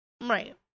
Right